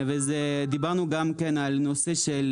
דיברנו גם על נושא של